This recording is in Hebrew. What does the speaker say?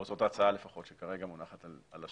זאת לפחות ההצעה שכרגע מונחת על השולחן.